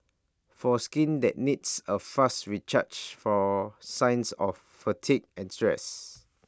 for skin that needs A fast recharge from signs of fatigue and stress